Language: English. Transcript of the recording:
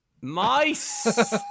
Mice